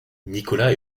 nicolas